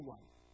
one